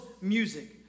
music